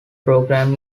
program